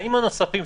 התנאים הנוספים,